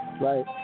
Right